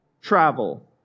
travel